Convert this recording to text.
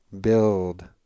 build